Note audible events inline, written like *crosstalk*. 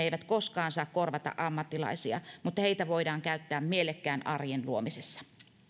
*unintelligible* eivät koskaan saa korvata ammattilaisia mutta heitä voidaan käyttää mielekkään arjen luomisessa